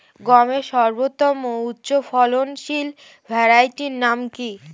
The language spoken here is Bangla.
গমের সর্বোত্তম উচ্চফলনশীল ভ্যারাইটি নাম কি?